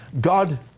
God